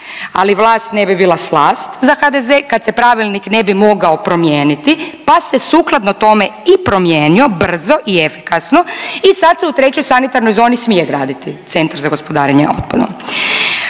ali vlast ne bi bila slast za HDZ kad se pravilnik ne bi mogao promijeniti, pa se sukladno tome i promijenio brzo i efikasno i sad se u trećoj sanitarnoj zoni smije graditi Centar za gospodarenje otpadom.